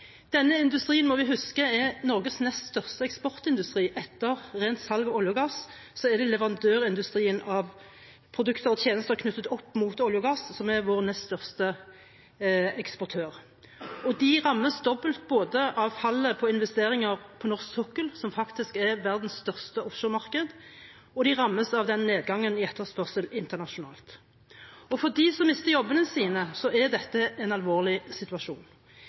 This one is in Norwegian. Denne industrien, må vi huske, er Norges nest største eksportindustri. Etter rent salg av olje og gass er det leverandørindustriens produkter og tjenester knyttet opp mot olje og gass som er vår nest største eksportør. De rammes dobbelt både på grunn av fallet i investeringer på norsk sokkel, som faktisk er verdens største offshoremarked, og de rammes av nedgangen i etterspørselen internasjonalt. For dem som mister jobbene sine, er dette en alvorlig situasjon.